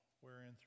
wherein